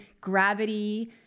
gravity